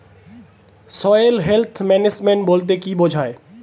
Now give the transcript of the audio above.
Soil health management বলতে কি বুঝায়?